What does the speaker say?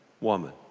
woman